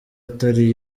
atari